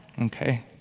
okay